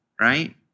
Right